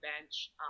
bench